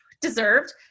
deserved